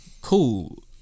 cool